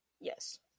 yes